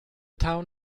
town